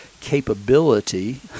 capability